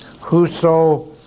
Whoso